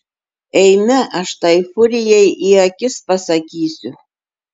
eime aš tai furijai į akis pasakysiu